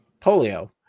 polio